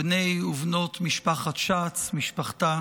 בני ובנות משפחת שץ, משפחתה